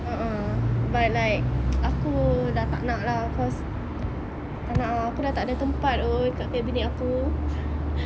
a'ah but like aku dah tak nak lah cause tak nak ah aku dah takda tempat !oi! kat cabinet aku